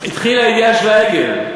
התחיל האידיאל של העגל,